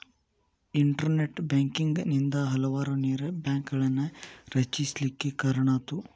internet banking ನಿಂದಾ ಹಲವಾರು ನೇರ ಬ್ಯಾಂಕ್ಗಳನ್ನ ರಚಿಸ್ಲಿಕ್ಕೆ ಕಾರಣಾತು